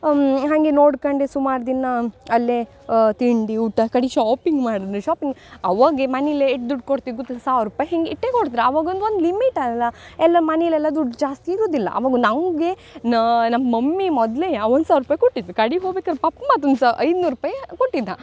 ಹಾಗೆ ನೋಡಿಕೊಂಡೆ ಸುಮಾರು ದಿನ ಅಲ್ಲೇ ತಿಂಡಿ ಊಟ ಕಡಿಗೆ ಶಾಪಿಂಗ್ ಮಾಡಿದೆ ಶಾಪಿಂಗ್ ಅವಾಗ ಮನೆಲೇ ಎಷ್ಟ್ ದುಡ್ಡು ಕೊಡ್ತಿದ್ದು ಗೊತ್ತ ಸಾವಿರ ರೂಪಾಯ್ ಹೀಗೆ ಇಷ್ಟೇ ಕೊಡ್ತ್ರು ಅವಾಗ ಒಂದು ಒಂದು ಲಿಮಿಟಲ್ಲ ಎಲ್ಲ ಮನಿಲಿ ಎಲ್ಲ ದುಡ್ಡು ಜಾಸ್ತಿ ಇರುವುದಿಲ್ಲ ಅವಾಗೂ ನಮಗೆ ನಮ್ಮ ಮಮ್ಮಿ ಮೊದ್ಲೆ ಒಂದು ಸಾವಿರ ರೂಪಾಯ್ ಕೊಟ್ಟಿದ್ದು ಕಡಿಗೆ ಹೋಗ್ಬೇಕಾರೆ ಪಪ್ಪ ಮತ್ತೊಂದು ಸಾ ಐನೂರು ರೂಪಾಯಿ ಕೊಟ್ಟಿದ್ದ